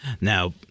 now